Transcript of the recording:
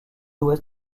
ouest